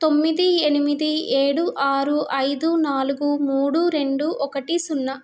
తొమ్మిది ఎనిమిది ఏడు ఆరు ఐదు నాలుగు మూడు రెండు ఒకటి సున్నా